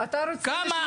כמה נמוך